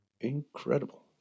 Incredible